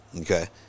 Okay